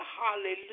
hallelujah